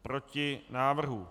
Proti návrhu.